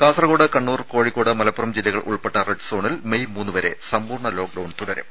കാസർകോട് കണ്ണൂർ കോഴിക്കോട് മലപ്പുറം ജില്ലകൾ ഉൾപ്പെട്ട റെഡ് സോണിൽ മെയ് മൂന്ന് വരെ സമ്പൂർണ ലോക്ഡൌൺ തുടരും